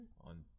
on